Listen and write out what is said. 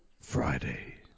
Friday